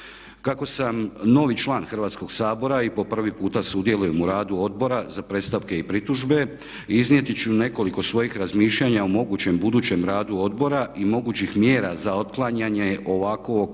Kako sam novi član Hrvatskog sabora i po prvi puta sudjelujem u radu Odbora za predstavke i pritužbe iznijeti ću nekoliko svojih razmišljanja o mogućem budućem radu odbora i mogućih mjera za otklanjanje ovakvog po meni